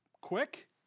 quick